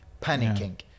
panicking